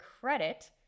credit